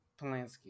Polanski